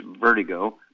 vertigo